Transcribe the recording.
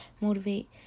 motivate